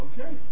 Okay